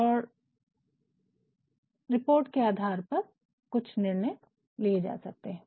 और रिपोर्ट के आधार पर कुछ निर्णय लिए जा सकते है